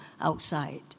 outside